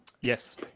Yes